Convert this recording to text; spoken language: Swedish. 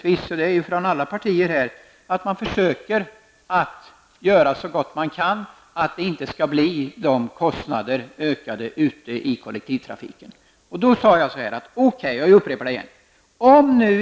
Vi inom alla partier skall naturligtvis göra så gott vi kan för att det inte skall bli dessa ökade kostnader för kollektivtrafiken. Jag upprepar vad jag tidigare sade.